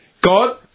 God